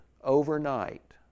overnight